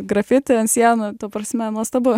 grafiti ant sienų ta prasme nuostabu